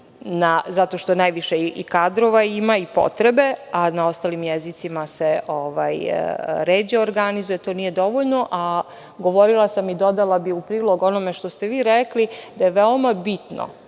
zato što najviše i kadrova ima i potrebe, a na ostalim jezicima se ređe organizuje, to nije dovoljno. Govorila sam i dodala bih u prilog onome što ste vi rekli da je veoma bitno